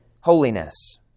holiness